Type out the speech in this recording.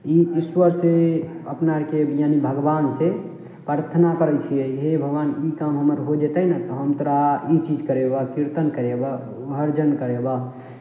ई ईश्वर से अपना आरके यानि भगबान से प्रार्थना करै छियै हे भगबान ई काम हम्मर हो जतै ने तऽ हम तोरा ई चीज करेबो कीर्तन करेबो भजन करेबो